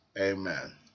Amen